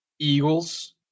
Eagles